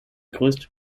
größte